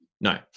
No